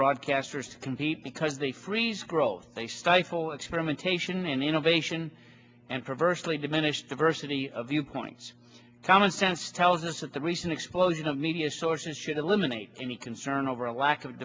broadcasters compete because they freeze growth they stifle experimentation and innovation and perversely diminish diversity of viewpoints common sense tells us that the recent explosion of media sources should eliminate any concern over a lack of